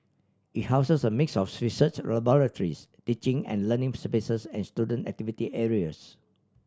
it houses a mix of research laboratories teaching and learning spaces and student activity areas